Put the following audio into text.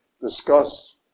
discuss